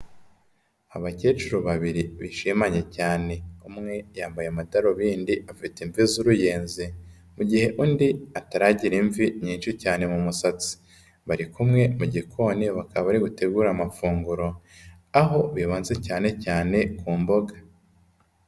Abakecuru babiri bishimanye cyane, umwe yambaye amadarubindi, afite imvi z'uruyenzi, mu gihe undi ataragira imvi nyinshi cyane mu musatsi, bari kumwe mu gikoni, bakaba bari gutegure amafunguro aho bibanze cyane cyane ku mboga.